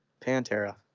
pantera